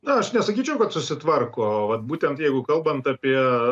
na aš nesakyčiau kad susitvarko vat būtent jeigu kalbant apie